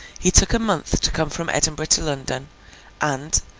he took a month to come from edinburgh to london and,